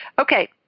okay